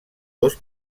dos